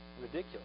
ridiculous